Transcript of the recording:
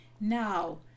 Now